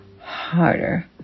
harder